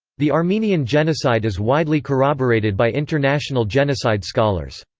the armenian genocide is widely corroborated by international genocide scholars.